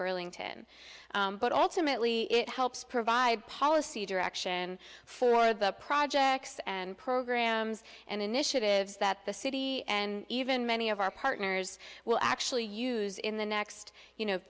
burlington but ultimately it helps provide policy direction for the projects and programs and initiatives that the city and even many of our partners will actually use in the next you know